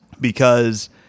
because-